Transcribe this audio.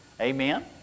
Amen